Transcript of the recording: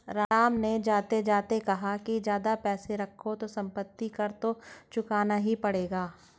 राम ने जाते जाते कहा कि ज्यादा पैसे रखोगे तो सम्पत्ति कर तो चुकाना ही पड़ेगा